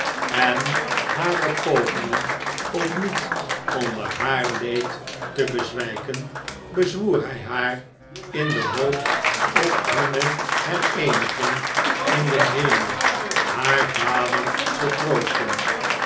en hare pogingen om niet onder haar leed te bezwijken bezwoer hij haar in de hoop op hunne hereeniging in den hemel haar vader te troosten